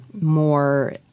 more